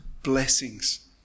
Blessings